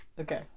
Okay